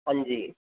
ਹਾਂਜੀ